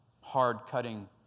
hard-cutting